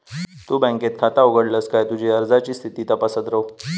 तु बँकेत खाता उघडलस काय तुझी अर्जाची स्थिती तपासत रव